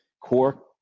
core